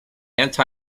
anti